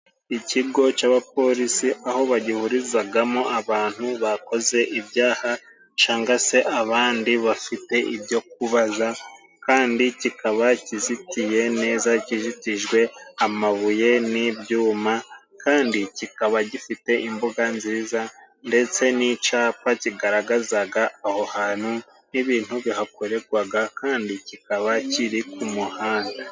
Ikigo c'abapolisi aho bagihurizagamo abantu bakoze ibyaha cangwa se abandi bafite ibyo kubaza, kandi kikaba kizitiye neza kizitijwe amabuye n'ibyuma, kandi kikaba gifite imbuga nziza, ndetse n'icapa kigaragazaga aho hantu n'ibintu bihakorerwaga, kandi kikaba kiri ku muhanda.